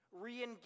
re-engage